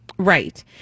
right